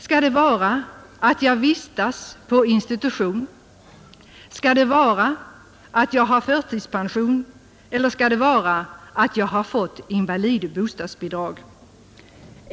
Skall det vara att man vistas på en institution, skall det vara att man har förtidspension eller skall det vara att man har fått invalid-bostadsbidrag?